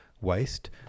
Waste